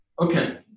Okay